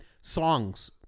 songs